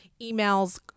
emails